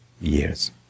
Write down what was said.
years